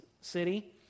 city